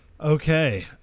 okay